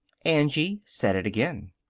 angie said it again,